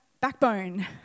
backbone